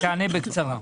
תענה בקצרה.